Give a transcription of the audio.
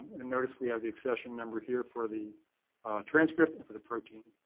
and notice we have the accession number here for the transcript and for the protein.